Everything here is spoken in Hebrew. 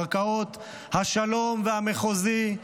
בערכאות השלום והמחוזי,